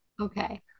Okay